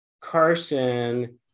Carson